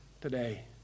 today